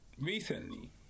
recently